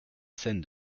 scène